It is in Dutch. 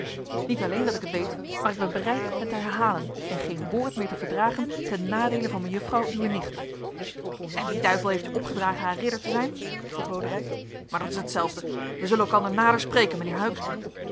niet alleen dat ik het weet maar ik ben bereid het te herhalen en geen woord meer te verdragen ten nadeele van mejuffrouw uwe nicht en wie duivel heeft u opgedragen haar ridder te zijn vroeg lodewijk maar dat is hetzelfde wij zullen elkander nader spreken mijnheer huyck